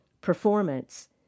performance